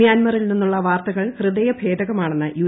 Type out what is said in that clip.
മ്യാന്മറിൽ നിന്നുള്ള വാർത്തകൾ ഹൃദയ ഭേദകമാണെന്ന് യു